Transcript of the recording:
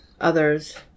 others